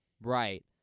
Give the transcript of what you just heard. Right